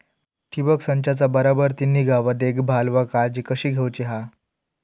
ठिबक संचाचा बराबर ती निगा व देखभाल व काळजी कशी घेऊची हा?